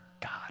God